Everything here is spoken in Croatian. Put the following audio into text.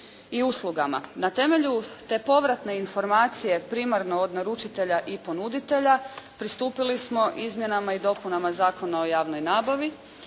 Na temelju te povratne informacije primarnog naručitelja i ponuditelja, pristupili smo izmjenama i dopunama Zakona o javnoj nabavi.